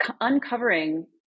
uncovering